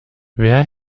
wer